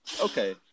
okay